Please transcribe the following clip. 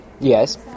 yes